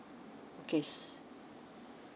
okay so